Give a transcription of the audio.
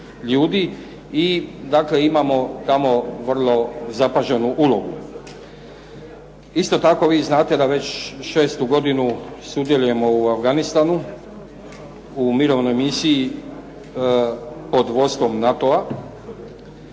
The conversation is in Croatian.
I dakle imamo tamo vrlo zapaženu ulogu. Isto tako vi znate da već 6. godinu sudjelujemo u Afganistanu, u mirovnoj misiji pod vodstvom NATO-a,